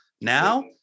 now